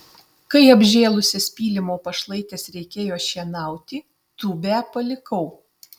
kai apžėlusias pylimo pašlaites reikėjo šienauti tūbę palikau